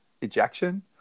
ejection